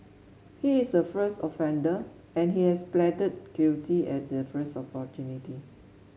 he is a first offender and he has pleaded guilty at the first opportunity